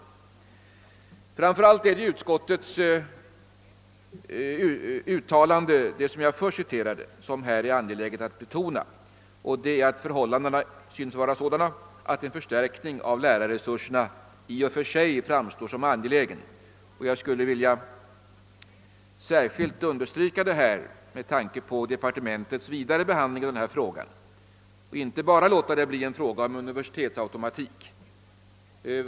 Det är framför allt det av mig citerade första uttalandet från utskottet som jag vill betona, d.v.s. att förhållandena synes vara sådana att en förstärkning av lärarresurserna i och för sig framstår som angelägen. Jag vill särskilt understryka det med tanke på departementets vidare behandling av denna fråga. Det får inte bara bli en fråga om universitetsautomatik.